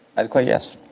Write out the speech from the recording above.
i declare, yes.